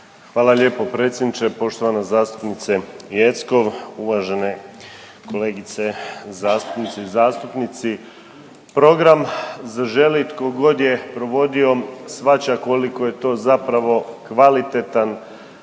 Hvala lijepo predsjedniče. Poštovana zastupnice Jeckov, uvažene kolegice zastupnice i zastupnici, program Zaželi tko god je provodio shvaća koliko je to zapravo kvalitetan